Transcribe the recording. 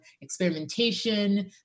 experimentation